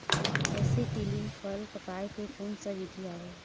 Acetylene फल पकाय के कोन सा विधि आवे?